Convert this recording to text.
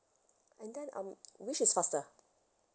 and then um which is faster